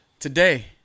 Today